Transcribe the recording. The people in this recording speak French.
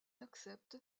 accepte